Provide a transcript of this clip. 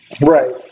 Right